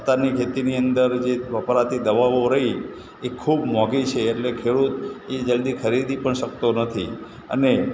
અત્યારની ખેતીની અંદર વપરાતી દવાઓ રહીં એ ખૂબ મોંઘી છે એટલે કે ખેડૂત એ જલદી ખરીદી પણ શકતો નથી અને